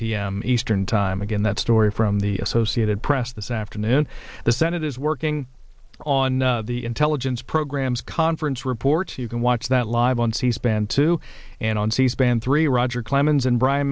m eastern time again that story from the associated press this afternoon the senate is working on the intelligence programs conference reports you can watch that live on c span two and on c span three roger clemens and brian